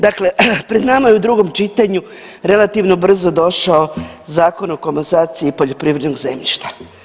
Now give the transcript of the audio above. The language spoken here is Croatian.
Dakle, pred nama je u drugom čitanju relativno brzo došao Zakon o komasaciji poljoprivrednog zemljišta.